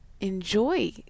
enjoy